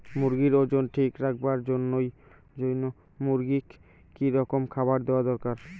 মুরগির ওজন ঠিক রাখবার জইন্যে মূর্গিক কি রকম খাবার দেওয়া দরকার?